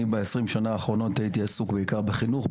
ב-20 השנים האחרונות הייתי עסוק בעיקר בחינוך.